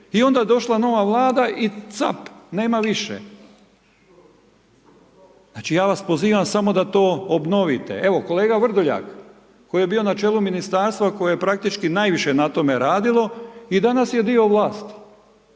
I onda je došla nova Vlada i cap, nema više. Znači ja vas pozivam samo da to obnovite. Evo kolega Vrdoljak, koji je bio na čelu ministarstva koje je praktički najviše na tome radilo, i danas je dio vlasti.